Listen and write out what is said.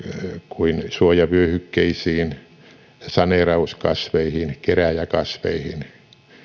kuin suojavyöhykkeisiin saneerauskasveihin kerääjäkasveihin